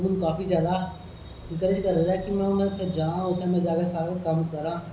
उद्धरु काफी ज्यादा इन्कर्ज करदा कि में हून जां उत्थै सारा कम्म करां